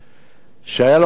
שהיה לו חלום,